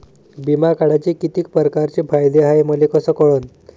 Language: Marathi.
बिमा काढाचे कितीक परकारचे फायदे हाय मले कस कळन?